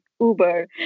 Uber